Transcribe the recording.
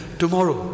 tomorrow